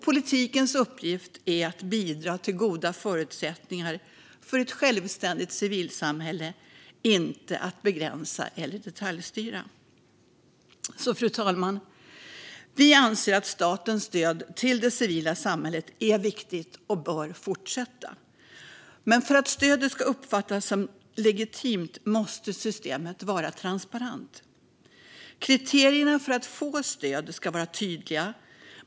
Politikens uppgift är att bidra till goda förutsättningar för ett självständigt civilsamhälle, inte att begränsa eller detaljstyra. Fru talman! Vi anser att statens stöd till det civila samhället är viktigt och bör fortsätta. Men för att stödet ska uppfattas som legitimt måste det vara transparent. Kriterierna för att få stöd ska vara tydliga.